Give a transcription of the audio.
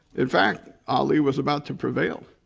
in fact, ali was about to prevail.